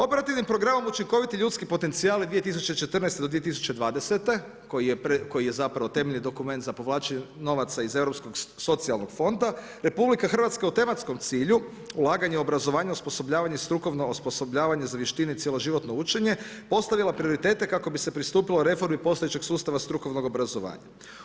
Operativnim programom učinkoviti ljudski potencijali 2014.-2020. koji je zapravo temeljeni dokument za povlačenje novaca iz europskog socijalnog fonda, RH u tematskom cilju ulaganja obrazovanju, osposobljavanja, strukovno osposobljavanje za vještine i cijeloživotno učenje, postavila prioritete, kako bi se pristupilo reformi postojećeg sustava strukovnog obrazovanja.